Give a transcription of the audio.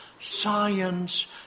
science